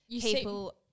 people